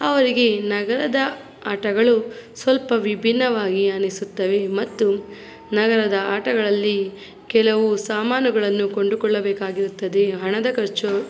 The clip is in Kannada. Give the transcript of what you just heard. ಅವರಿಗೆ ನಗರದ ಆಟಗಳು ಸ್ವಲ್ಪ ವಿಭಿನ್ನವಾಗಿ ಅನ್ನಿಸುತ್ತವೆ ಮತ್ತು ನಗರದ ಆಟಗಳಲ್ಲಿ ಕೆಲವು ಸಾಮಾನುಗಳನ್ನು ಕೊಂಡುಕೊಳ್ಳಬೇಕಾಗಿರುತ್ತದೆ ಹಣದ ಖರ್ಚು